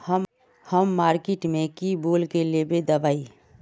हम मार्किट में की बोल के लेबे दवाई?